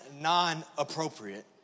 non-appropriate